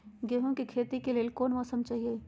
गेंहू के खेती के लेल कोन मौसम चाही अई?